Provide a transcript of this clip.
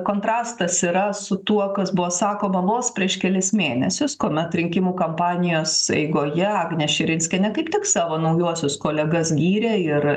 kontrastas yra su tuo kas buvo sakoma vos prieš kelis mėnesius kuomet rinkimų kampanijos eigoje agnė širinskienė kaip tik savo naujuosius kolegas gyrė ir